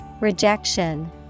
Rejection